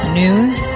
news